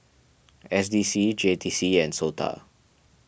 S D C J T C and Sota